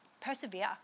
persevere